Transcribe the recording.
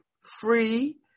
free